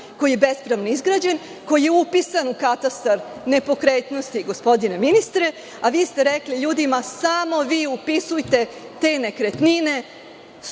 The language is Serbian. koji je bespravno izgrađen, koji je upisan u katastar nepokretnosti, gospodine ministre, a vi ste rekli ljudima – samo vi upisujte te nekretnine,